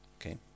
Okay